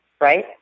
right